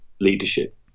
leadership